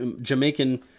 Jamaican